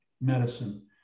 medicine